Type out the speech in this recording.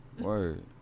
Word